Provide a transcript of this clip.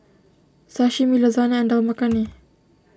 Sashimi Lasagne and Dal Makhani